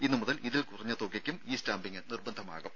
ഇന്നു മുതൽ ഇതിൽ കുറഞ്ഞ തുകയ്ക്കും ഇ സ്റ്റാമ്പിങ് നിർബന്ധമാകും